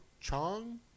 Chong